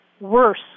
worse